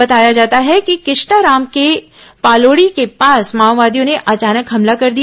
बताया जाता है कि किस्टाराम के पालोडी के पास माओवादियों ने अचानक हमला कर दिया